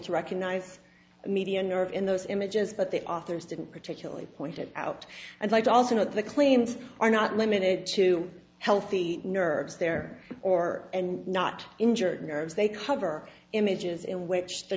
to recognize the median nerve in those images but the authors didn't particularly pointed out and like i also know the claims are not limited to healthy nerves there or and not injured nerves they cover images in which the